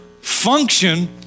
function